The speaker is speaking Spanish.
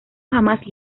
jamás